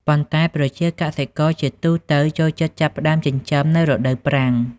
ប៉ុន្តែប្រជាកសិករជាទូទៅចូលចិត្តចាប់ផ្ដើមចិញ្ចឹមនៅ រដូវប្រាំង។